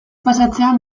pasatzean